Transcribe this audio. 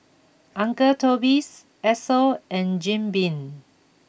Uncle Toby's Esso and Jim Beam